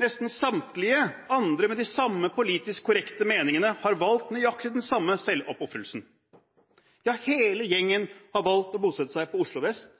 Nesten samtlige andre med de samme politisk korrekte meningene har valgt nøyaktig den samme selvoppofrelsen. Ja, hele gjengen har valgt å bosette seg i Oslo vest